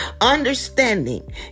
Understanding